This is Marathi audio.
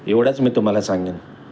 एवढंच मी तुम्हाला सांगेन